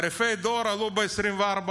תעריפי הדואר עלו ב-24%.